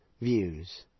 views